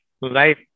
life